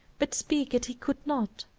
but speak it he could not.